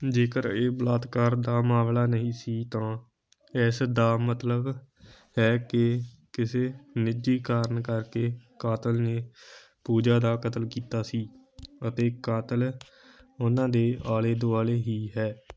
ਜੇਕਰ ਇਹ ਬਲਾਤਕਾਰ ਦਾ ਮਾਮਲਾ ਨਹੀਂ ਸੀ ਤਾਂ ਇਸ ਦਾ ਮਤਲਬ ਹੈ ਕਿ ਕਿਸੇ ਨਿੱਜੀ ਕਾਰਨ ਕਰਕੇ ਕਾਤਲ ਨੇ ਪੂਜਾ ਦਾ ਕਤਲ ਕੀਤਾ ਸੀ ਅਤੇ ਕਾਤਲ ਉਨ੍ਹਾਂ ਦੇ ਆਲੇ ਦੁਆਲੇ ਹੀ ਹੈ